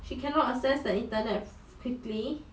she cannot access the internet f~ quickly